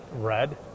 Red